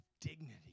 dignity